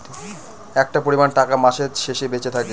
একটা পরিমান টাকা মাসের শেষে বেঁচে থাকে